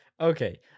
Okay